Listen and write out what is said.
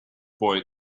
boy